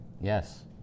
Yes